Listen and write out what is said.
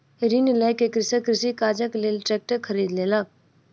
ऋण लय के कृषक कृषि काजक लेल ट्रेक्टर खरीद लेलक